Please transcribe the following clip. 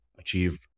achieve